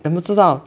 eh 不知道